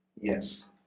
yes